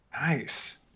Nice